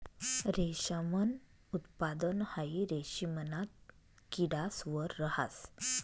रेशमनं उत्पादन हाई रेशिमना किडास वर रहास